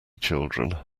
children